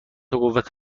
قوت